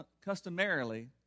customarily